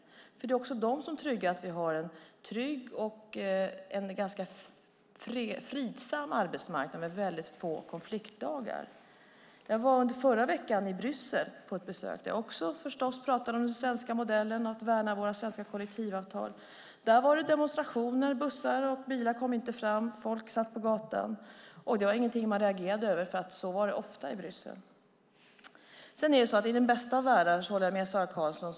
Det är nämligen också de som ser till att vi har en trygg och ganska fridsam arbetsmarknad med väldigt få konfliktdagar. Jag var under förra veckan i Bryssel på ett besök, där jag förstås också pratade om den svenska modellen och att värna våra svenska kollektivavtal. Där var det demonstrationer. Bussar och bilar kom inte fram, och folk satt på gatan. Det var ingenting man reagerade över, för så är det ofta i Bryssel. I den bästa av världar håller jag med Sara Karlsson.